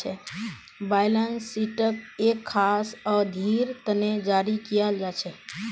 balance शीटक एक खास अवधिर तने जारी कियाल जा छे